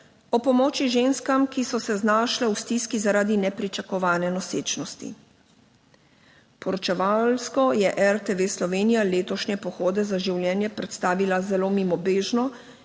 o pomoči ženskam, ki so se znašle v stiski zaradi nepričakovane nosečnosti. Poročevalsko je RTV Slovenija letošnje pohode za življenje predstavila zelo mimobežno